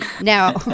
Now